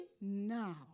now